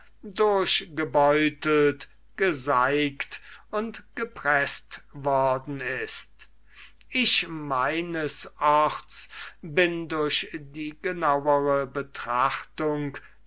durchgebeutelt geseigt und gepreßt worden ist ich meines orts bin durch die genauere betrachtung